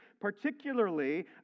particularly